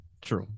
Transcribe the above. true